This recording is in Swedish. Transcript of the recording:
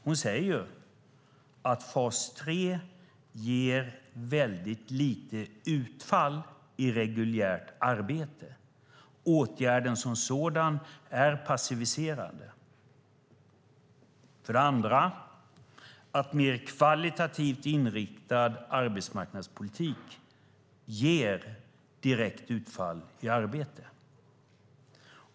Hon säger att fas 3 ger väldigt lite utfall i reguljärt arbete - åtgärden som sådan är passiviserande - och att mer kvalitativt inriktad arbetsmarknadspolitik ger direkt utfall i arbete.